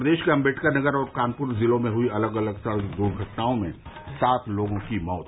प्रदेश के अम्बेडकरनगर और कानपुर जिलों में हुई अलग अलग सड़क दुर्घटनाओं में सात लोगों की मौत